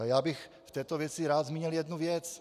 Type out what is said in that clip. Já bych v této věci rád zmínil jednu věc.